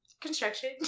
construction